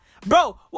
Bro